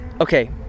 okay